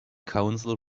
counsel